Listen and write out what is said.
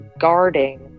guarding